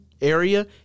area